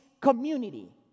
community